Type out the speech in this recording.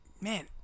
Man